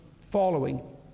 following